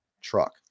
truck